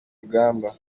rugamba